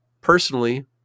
personally